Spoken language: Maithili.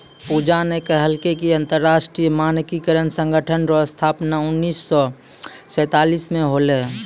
पूजा न कहलकै कि अन्तर्राष्ट्रीय मानकीकरण संगठन रो स्थापना उन्नीस सौ सैंतालीस म होलै